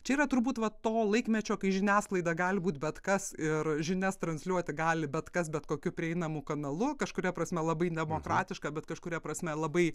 čia yra turbūt va to laikmečio kai žiniasklaida gali būt bet kas ir žinias transliuoti gali bet kas bet kokiu prieinamu kanalu kažkuria prasme labai demokratiška bet kažkuria prasme labai